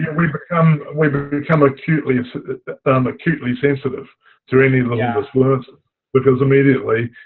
and we become we but become acutely um acutely sensitive to any little disfluency because immediately